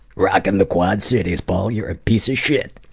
rocking the quad cities, paul, you're a piece of shit.